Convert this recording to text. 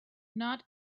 not